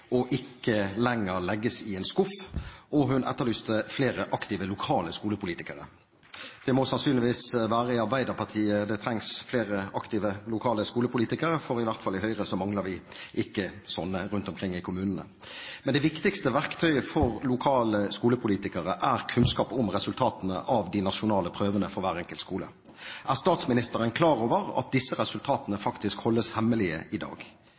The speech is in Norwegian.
og ikke lenger legges i en skuff, og hun etterlyste flere aktive lokale skolepolitikere. Det må sannsynligvis være i Arbeiderpartiet det trengs flere aktive lokale skolepolitikere, for i Høyre mangler vi i hvert fall ikke slike rundt omkring i kommunene. Men det viktigste verktøyet for lokale skolepolitikere er kunnskap om resultatene av de nasjonale prøvene for hver enkelt skole. Er statsministeren klar over at disse resultatene faktisk holdes hemmelig i dag?